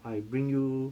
I bring you